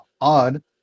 odd